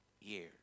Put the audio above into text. years